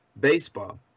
baseball